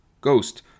Ghost